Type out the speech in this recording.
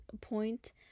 point